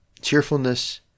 Cheerfulness